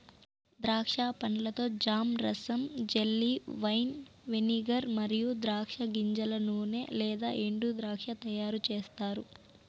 ద్రాక్ష పండ్లతో జామ్, రసం, జెల్లీ, వైన్, వెనిగర్ మరియు ద్రాక్ష గింజల నూనె లేదా ఎండుద్రాక్ష తయారుచేస్తారు